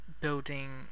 building